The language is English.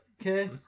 okay